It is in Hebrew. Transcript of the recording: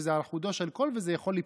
שזה על חודו של קול וזה יכול ליפול,